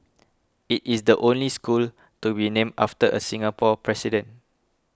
it is the only school to be named after a Singapore president